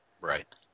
Right